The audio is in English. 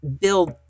build